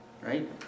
right